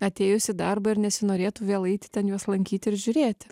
atėjus į darbą ir nesinorėtų vėl eit ten juos lankyt ir žiūrėti